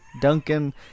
Duncan